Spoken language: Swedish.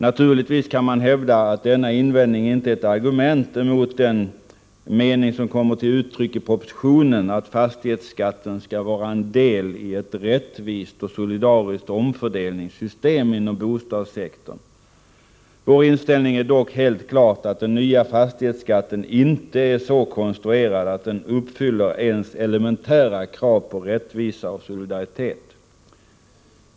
Naturligtvis kan man hävda att denna invändning inte är ett argument emot den uppfattning som kommer till uttryck i propositionen, att fastighetsskatten skall vara en del i ”ett rättvist och solidariskt omfördelningssystem inom bostadssektorn”. Vår inställning är dock helt klart att den nya fastighetsskatten inte är så konstruerad att den uppfyller ens elementära krav på rättvisa och solidaritet.